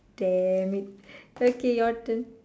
damn it okay your turn